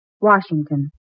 Washington